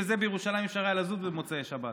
שבירושלים לא היה אפשר לזוז במוצאי שבת,